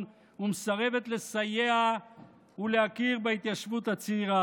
ומסרבת לסייע ולהכיר בהתיישבות הצעירה.